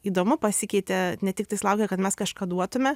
įdomu pasikeitė ne tik tais laukia kad mes kažką duotume